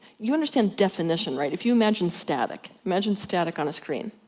you understand definition right? if you imagine static, imagine static on a screen.